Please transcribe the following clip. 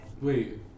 wait